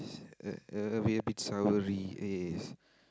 it's a a may be a bit soury